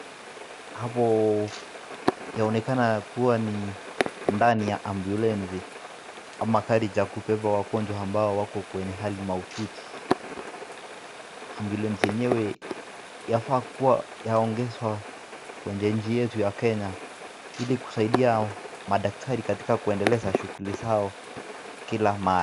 Hapo yaonekana kuwa ni ndani ya ambyulensi ama gari cha kubeba wagonjwa ambao wako kwenye hali maututi. Ambyulensi yenyewe yafaa kuwa yaongezwa kwenye nchi yetu ya Kenya ili kusaidia madaktari katika kuendeleza shughuli zao kila mara.